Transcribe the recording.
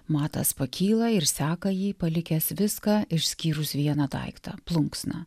matas pakyla ir seka jį palikęs viską išskyrus vieną daiktą plunksną